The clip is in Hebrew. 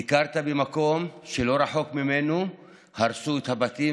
ביקרת במקום שלא רחוק ממנו הרסו את הבתים